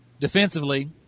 defensively